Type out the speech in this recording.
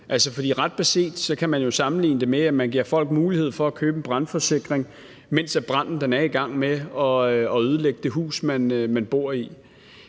For ret beset kan man jo sammenligne det med, at man giver folk mulighed for at købe en brandforsikring, mens branden er i gang med at ødelægge det hus, man bor i.